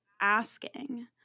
asking